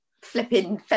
flipping